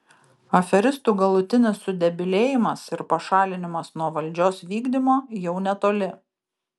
aferistų galutinis sudebilėjimas ir pašalinimas nuo valdžios vykdymo jau netoli